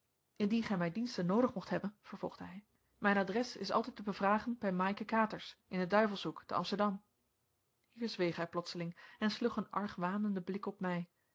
indien gij mijn diensten noodig mocht hebben vervolgde hij mijn adres is altijd te bevragen bij maaike katers in den duivelshoek te amsterdam hier zweeg hij plotseling en sloeg een argwanenden blik op mij